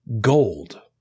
gold